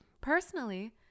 personally